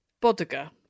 Bodega